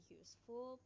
useful